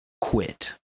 quit